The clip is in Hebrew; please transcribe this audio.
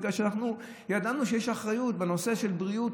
זה בגלל שאנחנו ידענו שיש אחריות בנושא של בריאות,